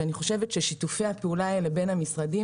שאני חושבת ששיתופי הפעולה האלה בין המשרדים,